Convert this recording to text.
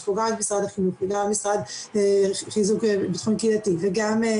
יש פה גם את משרד החינוך וגם המשרד לחיזוק קהילתי וגם,